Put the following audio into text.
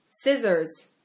Scissors